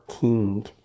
King